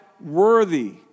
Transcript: worthy